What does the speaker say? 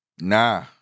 Nah